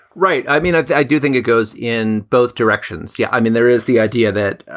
right. i mean, i do think it goes in both directions. yeah. i mean, there is the idea that,